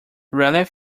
raleigh